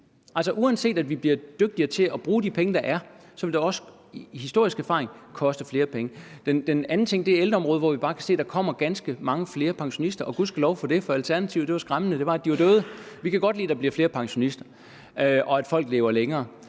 uanset at vi bliver dygtigere til at bruge de penge, der er, vil det også set ud fra den historiske erfaring komme til at koste flere penge. Det var den ene ting. Den anden ting er ældreområdet, hvor vi kan se, at der kommer ganske mange flere pensionister, og gudskelov for det, for alternativet er skræmmende, nemlig at de er døde. Vi kan godt lide, at der bliver flere pensionister, og at folk lever længere,